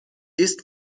east